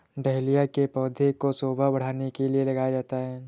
dahlia के पौधे को शोभा बढ़ाने के लिए लगाया जाता है